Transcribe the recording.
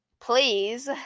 Please